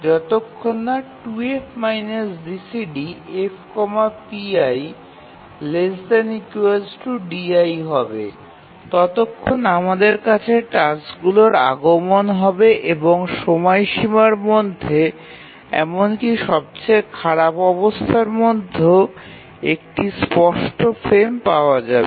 যতক্ষণ না 2F GCD Fpi ≤ di হবে ততক্ষণ আমাদের কাছে টাস্কগুলির আগমন হবে এবং সময়সীমার মধ্যে এমনকি সবচেয়ে খারাপ অবস্থার মধ্যেও একটি স্পষ্ট ফ্রেম পাওয়া যাবে